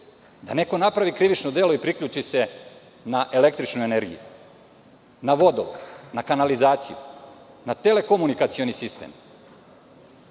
da neko napravi krivično delo i priključi se na električnu energiju, na vodovod, na kanalizaciju, na telekomunikacioni sistem?